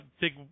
big